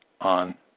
on